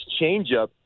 changeup